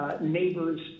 neighbors